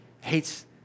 Hates